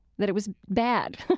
that it was bad,